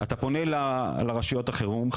אתה פונה לרשויות החירום,